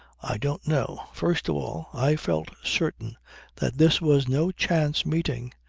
i don't know. first of all, i felt certain that this was no chance meeting.